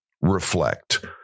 reflect